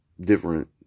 different